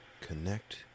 connect